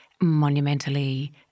monumentally